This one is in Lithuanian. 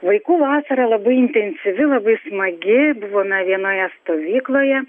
vaikų vasara labai intensyvi labai smagi buvome vienoje stovykloje